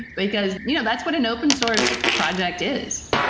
because you know that's what an open source project is.